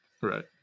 right